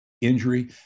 injury